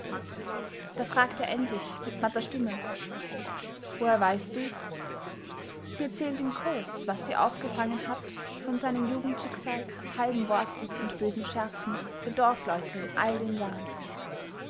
da fragt er endlich mit matter stimme woher weißt du's sie erzählt ihm kurz was sie aufgefangen hat von seinem jugendschicksal aus halben worten und bösen scherzen der dorfleute in all den jahren